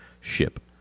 ship